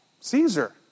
Caesar